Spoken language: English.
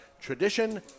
tradition